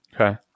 okay